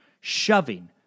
shoving